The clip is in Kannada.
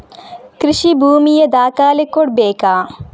ಕೃಷಿ ಭೂಮಿಯ ದಾಖಲೆ ಕೊಡ್ಬೇಕಾ?